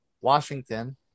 washington